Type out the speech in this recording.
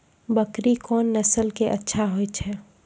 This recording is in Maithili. बकरी कोन नस्ल के अच्छा होय छै?